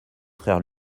frères